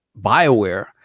BioWare